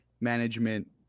management